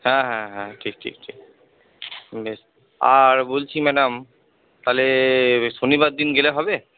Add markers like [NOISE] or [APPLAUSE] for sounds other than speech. হ্যাঁ হ্যাঁ হ্যাঁ ঠিক ঠিক ঠিক [UNINTELLIGIBLE] বেশ আর বলছি ম্যাডাম তাহলে শনিবার দিন গেলে হবে